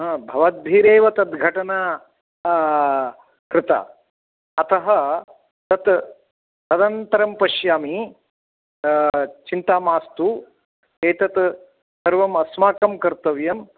भवद्भिरेव तद्घटना कृता अतः तत् तदन्तरं पश्यामि चिन्ता मास्तु एतत् सर्वम् अस्माकं कर्तव्यम्